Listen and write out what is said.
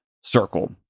circle